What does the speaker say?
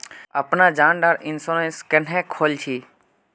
अपना जान डार इंश्योरेंस क्नेहे खोल छी?